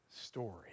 story